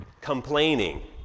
complaining